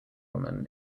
woman